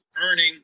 earning